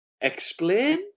explain